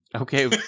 Okay